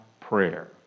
prayer